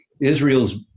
Israel's